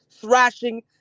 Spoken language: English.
thrashing